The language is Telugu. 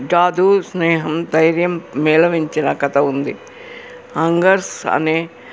జాదూ స్నేహం ధైర్యం మేలవించిన కథ ఉంది ఆంగర్స్ అనే